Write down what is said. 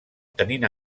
tenint